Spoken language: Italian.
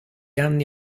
anni